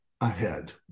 ahead